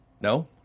no